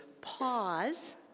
pause